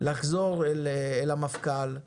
לחזור אל המפכ"ל,